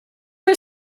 are